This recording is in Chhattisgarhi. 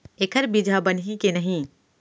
एखर बीजहा बनही के नहीं?